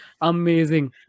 Amazing